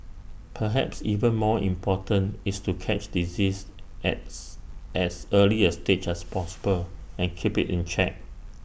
perhaps even more important is to catch diseases as as early A stage as possible and keep IT in check